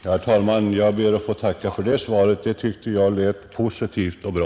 Herr talman! Jag tackar för det beskedet — det lät positivt och bra.